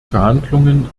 verhandlungen